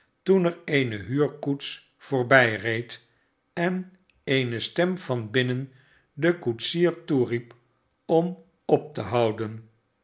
toen er eene huurkoets voorbijreed en eene stem van binnen den koetsier toeriep om op te houden